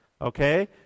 okay